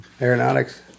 aeronautics